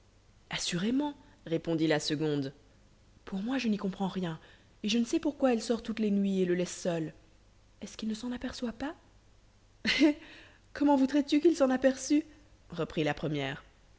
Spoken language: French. assurément répondit la seconde pour moi je n'y comprends rien et je ne sais pourquoi elle sort toutes les nuits et le laisse seul est-ce qu'il ne s'en aperçoit pas hé comment voudrais-tu qu'il s'en aperçût reprit la première